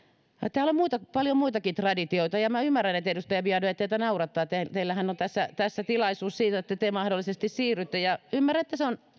täällä on paljon muitakin traditioita ja ja minä ymmärrän edustaja biaudet että teitä naurattaa teillähän on tässä tässä tilaisuus siihen että te mahdollisesti siirrytte ja ymmärrän että